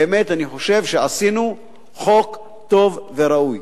באמת, אני חושב שעשינו חוק טוב וראוי.